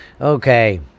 Okay